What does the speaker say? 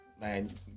man